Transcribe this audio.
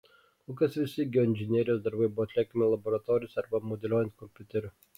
kol kas visi geoinžinerijos darbai buvo atliekami laboratorijose arba modeliuojant kompiuteriu